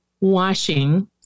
washing